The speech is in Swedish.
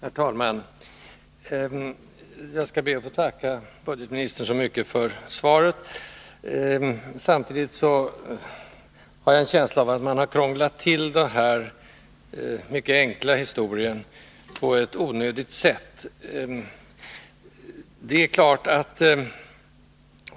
Herr talman! Jag skall be att få tacka ekonomioch budgetministern så mycket för svaret. Samtidigt vill jag framhålla att jag har en känsla av att man har krånglat till den här mycket enkla historien på ett onödigt sätt.